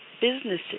businesses